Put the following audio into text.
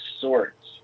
sorts